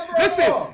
Listen